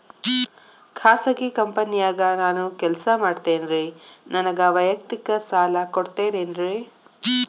ಖಾಸಗಿ ಕಂಪನ್ಯಾಗ ನಾನು ಕೆಲಸ ಮಾಡ್ತೇನ್ರಿ, ನನಗ ವೈಯಕ್ತಿಕ ಸಾಲ ಕೊಡ್ತೇರೇನ್ರಿ?